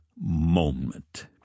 moment